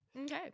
Okay